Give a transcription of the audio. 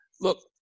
look